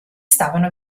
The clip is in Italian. stavano